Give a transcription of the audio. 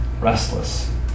restless